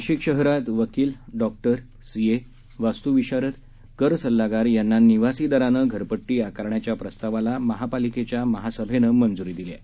नाशिक शहरात वकील doctor CA वास्तुविशारद कर सल्लागार यांना निवासी दरानं घरपट्टी आकारण्याच्या प्रस्तावाला महापालिकेच्या महासभेनं मंजुरी दिली आहे